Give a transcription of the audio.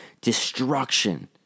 destruction